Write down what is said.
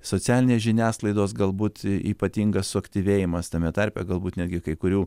socialinės žiniasklaidos galbūt ypatingas suaktyvėjimas tame tarpe galbūt netgi kai kurių